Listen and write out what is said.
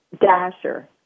dasher